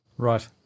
Right